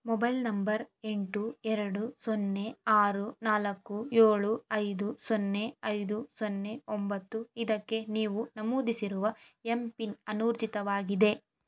mobile number ಎಂಟು ಎರಡು ಸೊನ್ನೆ ಆರು ನಾಲ್ಕು ಏಳು ಐದು ಸೊನ್ನೆ ಐದು ಸೊನ್ನೆ ಒಂಬತ್ತು ಇದಕ್ಕೆ ನೀವು ನಮೂದಿಸಿರುವ ಎಂ ಪಿನ್ ಅನೂರ್ಜಿತವಾಗಿದೆ